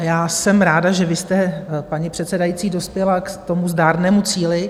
Já jsem ráda, že vy jste, paní předsedající, dospěla k tomu zdárnému cíli.